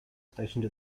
stationed